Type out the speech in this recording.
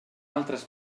altres